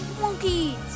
Monkeys